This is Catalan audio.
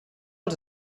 els